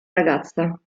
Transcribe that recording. ragazza